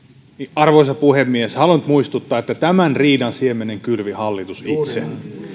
arvoisa puhemies haluan nyt muistuttaa että tämän riidan siemenen kylvi hallitus itse